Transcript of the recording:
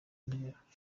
ntera